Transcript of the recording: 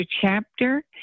Chapter